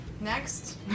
Next